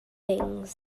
things